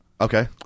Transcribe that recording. Okay